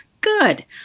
Good